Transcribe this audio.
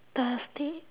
thursday